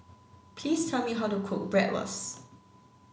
please tell me how to cook Bratwurst